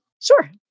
Sure